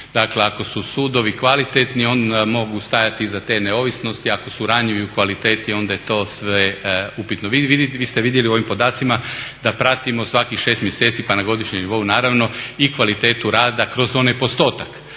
dakle ako su sudovi kvalitetni oni mogu stajati iza te neovisnosti, ako su ranjivi u kvaliteti onda je to sve upitno. Vi ste vidjeli u ovim podacima da pratimo svakih 6 mjeseci pa na godišnjem nivou naravno i kvalitetu rada kroz onaj postotak